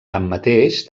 tanmateix